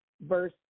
verse